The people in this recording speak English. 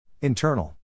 Internal